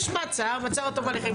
כמו שיש מעצר ומעצר עד תום ההליכים,